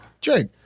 Jake